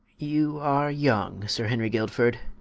you are young sir harry guilford